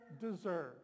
deserve